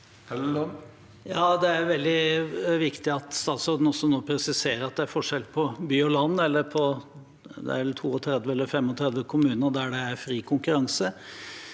Ja, det er veldig viktig at statsråden også nå presiserer at det er forskjell på by og land – eller på land og de 32 eller 35 kommunene der det er fri konkurranse.